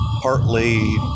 partly